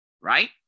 right